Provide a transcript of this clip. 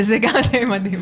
שזה גם דבר מדהים.